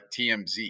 TMZ